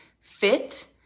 fit